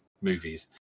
movies